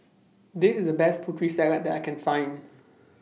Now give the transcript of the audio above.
This IS The Best Putri Salad that I Can Find